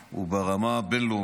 וברמה הבין-לאומית.